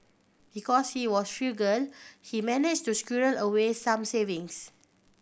because he was frugal he managed to squirrel away some savings